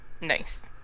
Nice